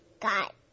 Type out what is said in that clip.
got